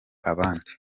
abandi